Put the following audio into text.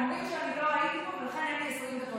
הם אומרים שלא הייתי פה ולכן אין לי 20 דקות.